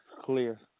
clear